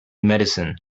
medicine